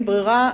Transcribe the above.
אין ברירה,